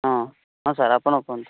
ହଁ ହଁ ସାର୍ ଆପଣ କୁହନ୍ତୁ